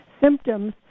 symptoms